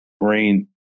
Marine